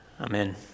Amen